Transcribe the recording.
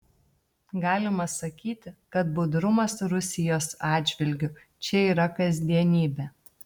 galima sakyti kad budrumas rusijos atžvilgiu čia yra kasdienybė